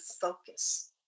focus